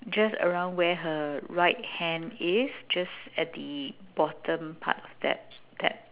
just around where her right hand is just at the bottom part that that